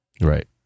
Right